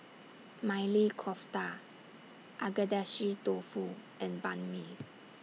Maili Kofta Agedashi Dofu and Banh MI